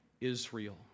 Israel